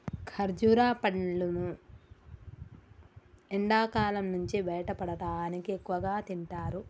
ఖర్జుర పండ్లును ఎండకాలం నుంచి బయటపడటానికి ఎక్కువగా తింటారు